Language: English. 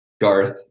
Garth